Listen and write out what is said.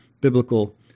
biblical